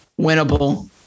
Winnable